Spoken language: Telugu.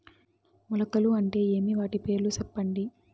మొలకలు అంటే ఏమి? వాటి పేర్లు సెప్పండి?